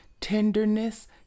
tenderness